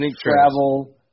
travel